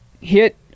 hit